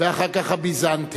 ואחר כך הביזנטים,